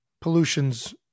pollution's